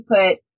put